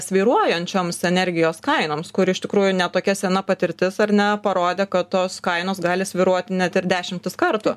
svyruojančioms energijos kainoms kuri iš tikrųjų ne tokia sena patirtis ar ne parodė kad tos kainos gali svyruoti net ir dešimtis kartų